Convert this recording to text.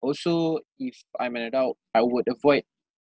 also if I'm an adult I would avoid